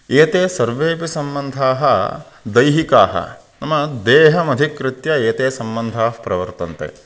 एते सर्वेऽपि सम्बन्धाः दैहिकाः नाम देहम् अधिकृत्य एते सम्बन्धाः प्रवर्तन्ते